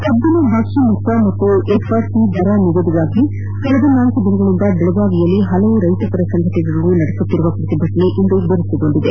ಕಬ್ಬಿನ ಬಾಕಿ ಮೊತ್ತ ಮತ್ತು ಎಫ್ ಆರ್ ಪಿ ದರ ನಿಗದಿಗಾಗಿ ಕಳೆದ ನಾಲ್ಕು ದಿನಗಳಿಂದ ಬೆಳಗಾವಿಯಲ್ಲಿ ಹಲವು ರೈತ ಪರ ಸಂಘಟನೆಗಳು ನಡೆಸುತ್ತಿರುವ ಪ್ರತಿಭಟನೆ ಇಂದು ಬಿರುಸುಗೊಂಡಿದೆ